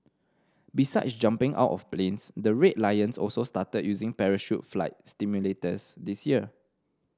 besides jumping out of planes the Red Lions also started using parachute flight simulators this year